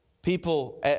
People